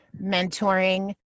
mentoring